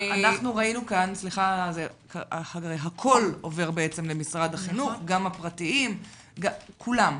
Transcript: הרי הכול עובר למשרד החינוך, גם הפרטיים, כולם.